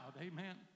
amen